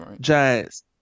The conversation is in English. Giants